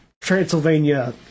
Transylvania